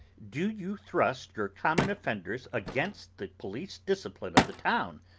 do you thrust your common offenders against the police discipline of the town,